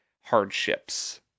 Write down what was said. hardships